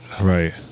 Right